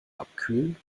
abkühlen